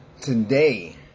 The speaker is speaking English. today